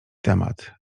temat